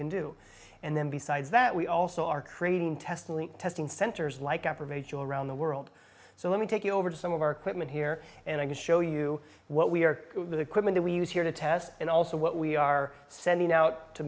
can do and then besides that we also are creating test leak testing centers like after of a jew around the world so let me take you over to some of our equipment here and i can show you what we are the equipment we use here to test and also what we are sending out to